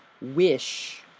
wish